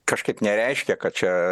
kažkaip nereiškia kad čia